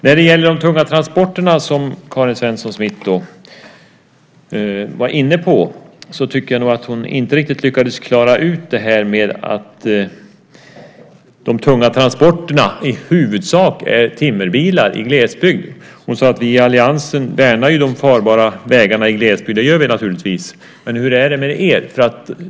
När det gäller de tunga transporterna, som Karin Svensson Smith var inne på, så tycker jag nog att hon inte riktigt lyckades klara ut det här med att de tunga transporterna i huvudsak är timmerbilar i glesbygd. Hon sade att vi i alliansen värnar de farbara vägarna i glesbygden. Det gör vi naturligtvis. Men hur är det med er?